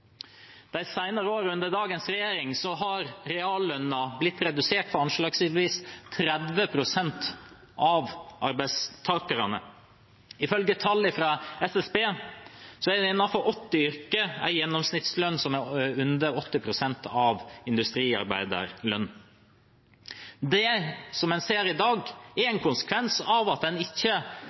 de siste årene blitt redusert for anslagsvis 30 pst. av arbeidstakerne. Ifølge tall fra SSB har man innenfor 80 yrker en gjennomsnittslønn som er under 80 pst. av industriarbeiderlønnen. Det som en ser i dag, er en konsekvens av at en ikke